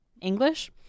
English